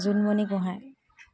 Jonmoni Gohain